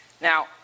Now